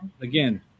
again